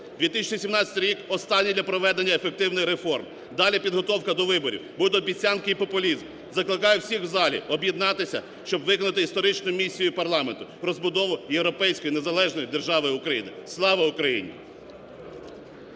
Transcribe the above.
2017 рік – останній для проведення ефективних реформ. Далі – підготовка до виборів, будуть обіцянки і популізм. Закликаю всіх у залі об'єднатися, щоб виконати історичну місію парламенту – розбудову європейської незалежної держави Україна. Слава Україні!